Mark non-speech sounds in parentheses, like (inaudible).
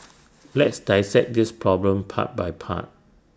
(noise) let's dissect this problem part by part